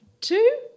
two